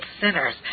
sinners